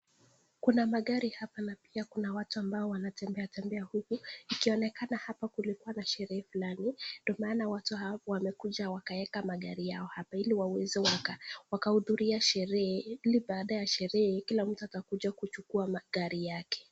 Kuna magari hapa na pia kuna watu ambao wanatembea tembea huku ikionekana hapa kulikua na sherehe fulani ndo maana watu hao wamekuja wakaweka magari yao hapa ili wakaweze wakahudhuria sherehe ili baada ya sherehe kila mtu atakuja kuchukua magari yake.